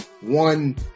One